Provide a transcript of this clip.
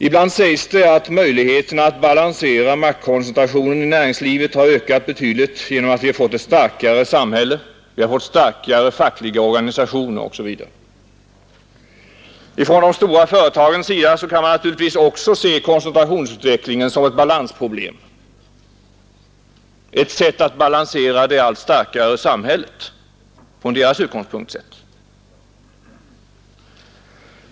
Ibland sägs det att möjligheten att balansera maktkoncentrationen i näringslivet har ökat betydligt genom att vi fått ett starkare samhälle, starkare fackliga organisationer osv. Från de stora företagens sida kan man naturligtvis också se koncentrationsutvecklingen som ett balansproblem, ett sätt att balansera det allt starkare samhället från deras utgångspunkt sett.